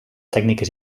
tècniques